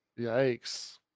Yikes